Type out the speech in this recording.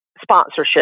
sponsorship